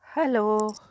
Hello